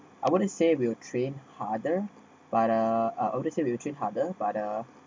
I wouldn't say will train harder but uh ah I wouldn't say to train harder but uh